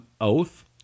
Oath